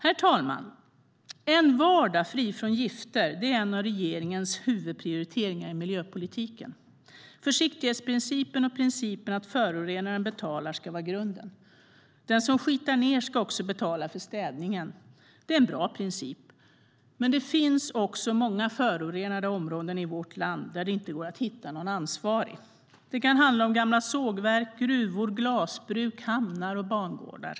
Herr talman! En vardag fri från gifter är en av regeringens huvudprioriteringar i miljöpolitiken. Försiktighetsprincipen och principen att förorenare betalar ska vara grunden. Den som skitar ned ska också betala för städningen. Det är en bra princip. Men det finns också många förorenade områden i vårt land där det inte går att hitta någon ansvarig. Det kan handla om gamla sågverk, gruvor, glasbruk, hamnar och bangårdar.